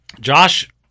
Josh